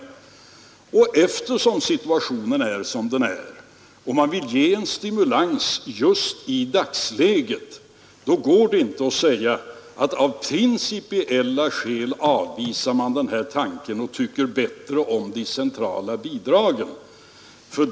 Eftersom situationen är som den är och man vill ge en stimulans just i dagsläget, går det inte att säga: Av principiella skäl avvisar vi den här tanken, för vi tycker bättre om de centrala bidragen.